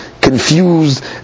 confused